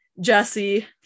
Jesse